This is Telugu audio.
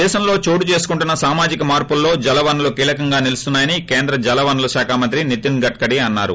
దేశంలో చోటు చేసుకుంటున్న సామాజిక మార్పులలో జలవనరులు కీలకంగా నిలుస్తున్నాయని కేంద్ర జలవనరుల శాఖ మంత్రి నితిన్ గడ్కరి అన్నారు